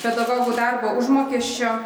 pedagogų darbo užmokesčio